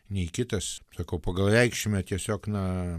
nei kitas sakau pagal reikšmę tiesiog na